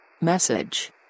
Message